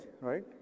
right